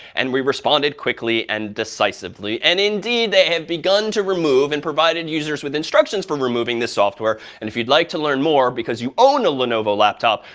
and we responded quickly and decisively. and indeed, they have begun to remove and provided users with instructions for removing this software. and if you'd like to learn more because you own a lenovo laptop,